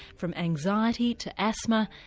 from anxiety to asthma,